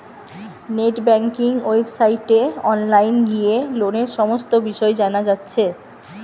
net banking ওয়েবসাইটে online গিয়ে লোনের সমস্ত বিষয় জানা যাচ্ছে